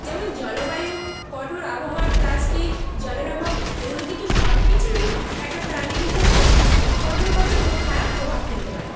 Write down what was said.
যেমন জলবায়ু কঠোর আবহাওয়ার প্লাস্টিক জলের অভাব এগুলো কিন্তু সব কিছুই একটা প্রাণীর উপরে কঠোরভাবে প্র খারাপ প্রভাব ফেলতে পারে